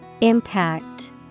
Impact